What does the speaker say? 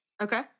Okay